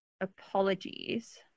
apologies